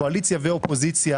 קואליציה ואופוזיציה,